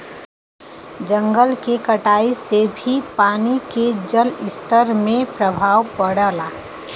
जंगल के कटाई से भी पानी के जलस्तर में प्रभाव पड़ला